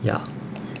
ya